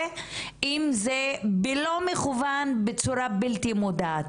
ואם זה בלא מכוון בצורה בלתי מודעת.